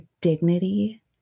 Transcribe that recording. dignity